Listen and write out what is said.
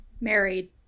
married